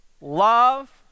Love